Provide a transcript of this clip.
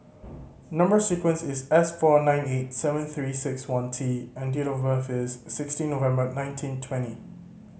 number sequence is S four nine eight seven Three Six One T and date of birth is sixteen November nineteen twenty